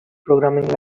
programming